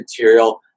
material